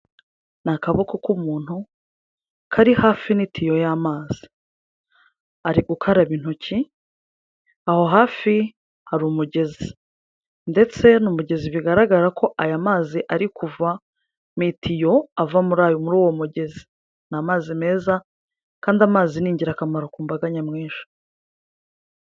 Ni akaboko k'umuntu kari hafi n'itiyo y'amazi, ari gukaraba intoki, aho hafi hari umugezi ndetse ni umugezi bigaragara ko aya mazi ari kuva mu itiyo, ava muri awo muri uwo mugezi, ni amazi meza kandi amazi ni ingirakamaro ku mbaga nyamwinshi.